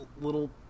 little